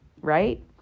right